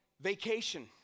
vacation